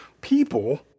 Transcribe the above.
people